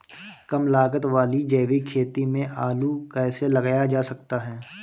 कम लागत वाली जैविक खेती में आलू कैसे लगाया जा सकता है?